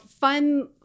fun